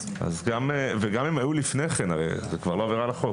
גם אם היו לפני כן, הרי זו כבר לא עבירה על החוק.